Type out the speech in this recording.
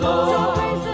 Lord